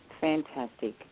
fantastic